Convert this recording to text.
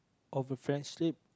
of a friendship